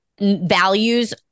values